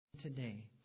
today